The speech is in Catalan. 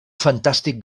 fantàstic